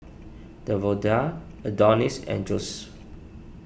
Davonta Adonis and Josef